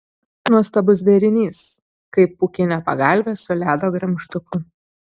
nuostabus derinys kaip pūkinė pagalvė su ledo gremžtuku